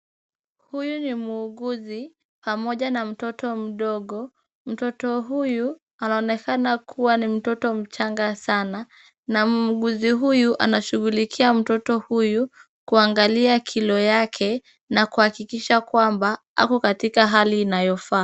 Huyu ni muuguzi pamoja na mtoto mdogo, mtoto huyu anaonekana kuwa ni mtoto mchanga sana, na muuguzi huyu anashughulikia mtoto huyu, kuangalia kilo yake na kuhakikisha kwamba ako katika hali inayofaa.